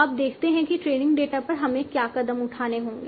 अब देखते हैं कि ट्रेनिंग डेटा पर हमें क्या कदम उठाने होंगे